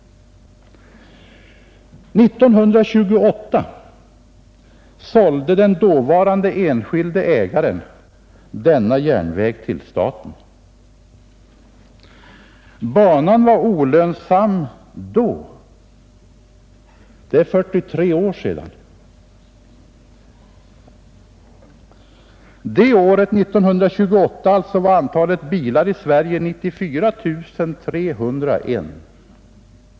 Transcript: År 1928 sålde den dåvarande enskilde ägaren denna järnväg till staten. Banan var olönsam då — det är 43 år sedan. År 1928 var antalet personbilar i Sverige 94 301.